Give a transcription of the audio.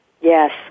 Yes